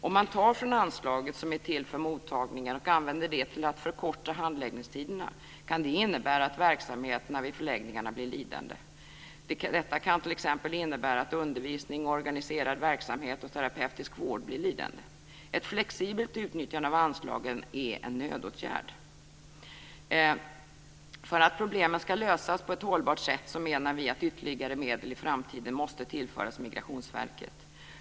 Om man tar från anslaget som är till för mottagningen och använder det till att förkorta handläggningstiderna kan det innebära att verksamheterna vid förläggningarna blir lidande. Detta kan t.ex. innebära att undervisning, organiserad verksamhet och terapeutisk vård blir lidande. Ett flexibelt utnyttjande av anslagen är en nödåtgärd. För att problemen ska lösas på ett hållbart sätt menar vi att ytterligare medel i framtiden måste tillföras Migrationsverket.